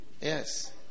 yes